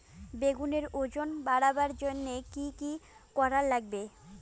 বেগুনের ওজন বাড়াবার জইন্যে কি কি করা লাগবে?